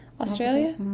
Australia